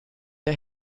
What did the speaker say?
der